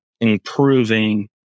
improving